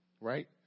right